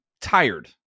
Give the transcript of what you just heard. tired